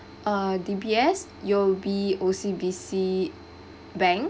uh D_B_S U_O_B O_C_B_C bank